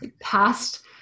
past